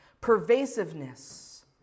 Pervasiveness